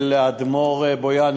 של האדמו"ר מבויאן,